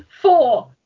Four